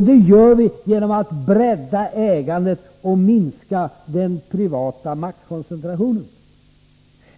Det gör vi genom att bredda ägandet och minska den privata maktkoncentrationen.